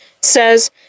says